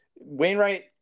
Wainwright